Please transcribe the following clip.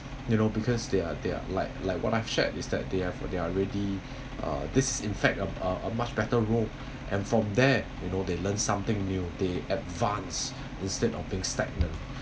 you know because they're they're like like what I've shared is that they are they are ready uh this in fact a a much better role and from there you know they learn something new they advance instead of being stagnant